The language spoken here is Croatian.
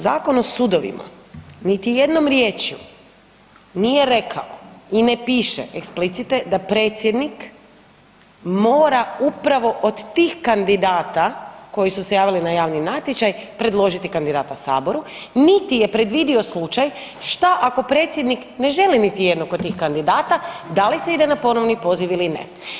Zakon o sudovima niti jednom riječju nije rekao i ne piše explicite da predsjednik mora upravo od tih kandidata koji su se javili na javni natječaj predložiti kandidata Saboru niti je predvidio slučaj šta ako predsjednik ne želi niti jednog od tih kandidata, da li se ide na ponovni poziv ili ne.